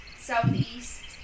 southeast